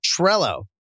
Trello